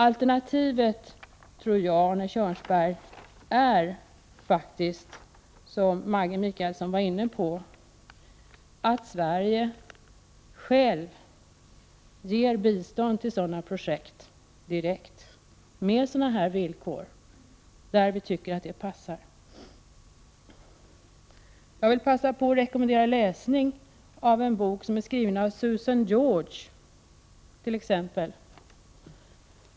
Alternativet, Arne Kjörnsberg, tror jag faktiskt är att Sverige ger bistånd till sådana projekt direkt med de angivna villkoren där vi tycker att det passar. Jag vill passa på att rekommendera läsning av en bok skriven av Susanne George.